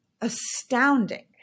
astounding